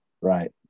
right